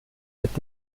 mit